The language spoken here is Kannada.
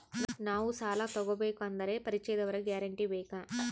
ನಾವು ಸಾಲ ತೋಗಬೇಕು ಅಂದರೆ ಪರಿಚಯದವರ ಗ್ಯಾರಂಟಿ ಬೇಕಾ?